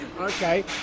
Okay